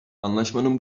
anlaşmanın